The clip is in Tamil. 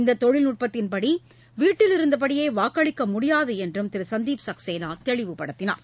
இந்த தொழில்நுட்பத்தின்படி வீட்டிலிருந்தே வாக்களிக்க முடியாது என்றும் திரு சந்திப் சக்சேனா தெளிவுபடுத்தினார்